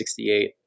1968